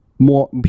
More